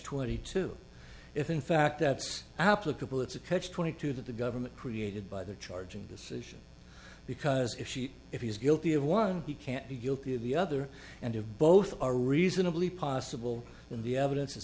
twenty two if in fact that's applicable it's a catch twenty two that the government created by the charging decision because if she if he is guilty of one he can't be guilty of the other and of both are reasonably possible in the evidence is